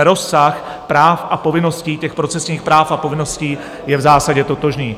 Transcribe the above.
Rozsah práv a povinností, procesních práv a povinností je v zásadě totožný.